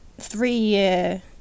three-year